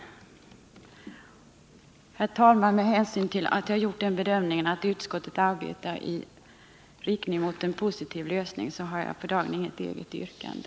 Herr talman! Med hänsyn till att jag gjort den bedömningen att utskottet arbetar i riktning mot en positiv lösning har jag för dagen inget eget yrkande.